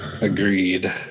Agreed